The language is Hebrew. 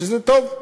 שזה טוב,